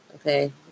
Okay